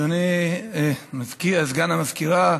אדוני סגן המזכירה,